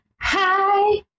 hi